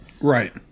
right